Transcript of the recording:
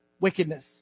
wickedness